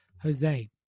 Jose